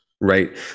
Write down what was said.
right